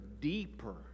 deeper